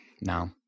No